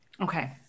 Okay